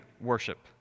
worship